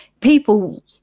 People